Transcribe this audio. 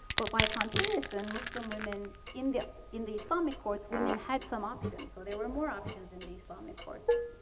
but by comparison muslim women in the in the islamic courts, women had some options. so there were more options in the islamic courts.